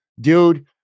Dude